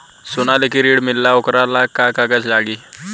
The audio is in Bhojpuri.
सोना लेके ऋण मिलेला वोकरा ला का कागज लागी?